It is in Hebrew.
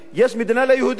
יש מדינה ליהודים,